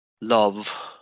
love